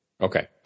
Okay